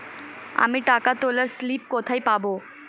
আমি টাকা তোলার স্লিপ কোথায় পাবো?